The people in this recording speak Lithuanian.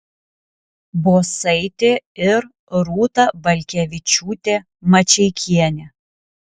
bosaitė ir rūta balkevičiūtė mačeikienė